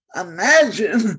Imagine